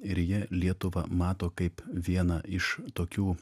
ir jie lietuvą mato kaip vieną iš tokių